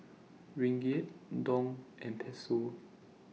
Ringgit Dong and Peso